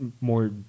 more